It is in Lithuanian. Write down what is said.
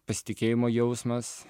pasitikėjimo jausmas